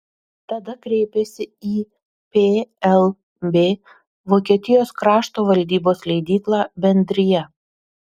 tada kreipėsi į plb vokietijos krašto valdybos leidyklą bendrija